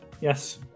yes